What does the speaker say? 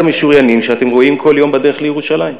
המשוריינים שאתם רואים כל יום בדרך לירושלים,